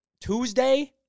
Tuesday